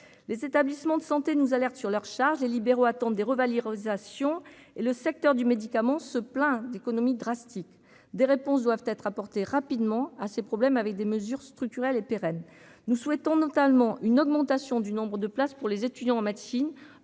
les établissements de santé nous alertent sur leurs charges et libéraux attendent des revalide réalisation et le secteur du médicament, ce plan d'économies drastiques des réponses doivent être apportées rapidement à ces problèmes avec des mesures structurelles et pérenne, nous souhaitons notamment une augmentation du nombre de places pour les étudiants en médecine,